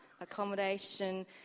accommodation